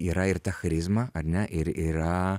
yra ir ta charizma ar ne ir yra